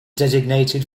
designated